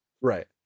right